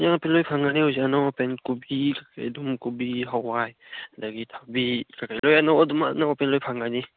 ꯌꯣꯠꯇꯤ ꯂꯣꯏ ꯐꯪꯉꯅꯤ ꯍꯧꯖꯤꯛ ꯑꯅꯧ ꯑꯄꯦꯠ ꯀꯣꯕꯤ ꯑꯗꯨꯝ ꯀꯣꯕꯤ ꯍꯋꯥꯏ ꯑꯗꯒꯤ ꯊꯕꯤ ꯀꯩꯀꯩ ꯂꯣꯏ ꯑꯗꯨꯝ ꯑꯅꯧ ꯑꯄꯦꯠ ꯂꯣꯏ ꯐꯪꯒꯅꯤ